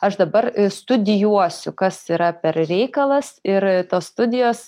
aš dabar studijuosiu kas yra per reikalas ir tos studijos